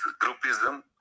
groupism